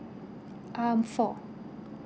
um four